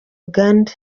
uganda